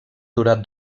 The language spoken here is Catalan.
durar